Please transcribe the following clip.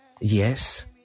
Yes